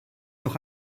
doch